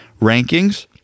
rankings